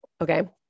Okay